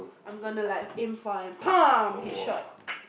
I'm gonna like aim for like headshot